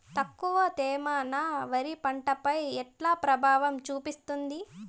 తక్కువ తేమ నా వరి పంట పై ఎట్లా ప్రభావం చూపిస్తుంది?